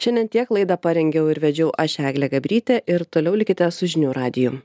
šiandien tiek laidą parengiau ir vedžiau aš eglė gabrytė ir toliau likite su žinių radiju